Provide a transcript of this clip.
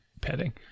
petting